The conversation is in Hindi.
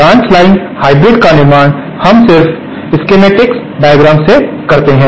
ब्रांच लाइन हाइब्रिड का निर्माण हम सिर्फ स्कीमएटइक डायग्राम से करते हैं